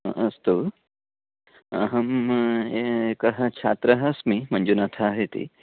अ अस्तु अहम् एकः छात्रः अस्मि मञ्जुनाथः इति